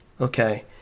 okay